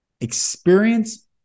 experience